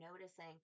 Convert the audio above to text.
noticing